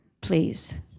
please